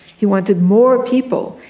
he wanted more people,